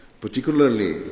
Particularly